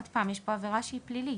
עוד פעם, יש פה עבירה שהיא פלילית.